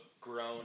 grown